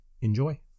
enjoy